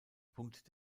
punkt